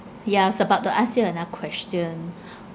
yeah I was about to ask you another question